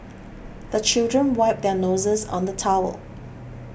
the children wipe their noses on the towel